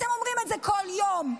אתם אומרים את זה כל יום.